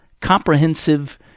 comprehensive